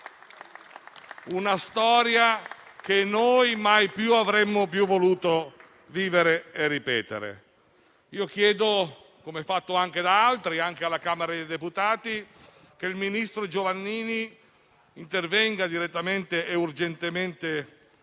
una storia che mai più avremmo voluto vivere e ripetere. Io chiedo - com'è stato fatto anche da altri anche alla Camera dei deputati - che il ministro Giovannini intervenga direttamente e urgentemente